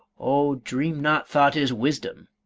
oh, dream not thought is wisdom